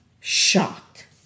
shocked